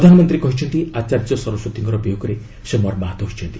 ପ୍ରଧାନମନ୍ତ୍ରୀ କହିଛନ୍ତି ଆଚାର୍ଯ୍ୟ ସରସ୍ପତୀଙ୍କର ବିୟୋଗରେ ସେ ମର୍ମାହତ ହୋଇଛନ୍ତି